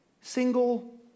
single